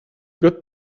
got